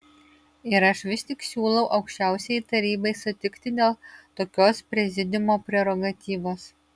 ir aš vis tik siūlau aukščiausiajai tarybai sutikti dėl tokios prezidiumo prerogatyvos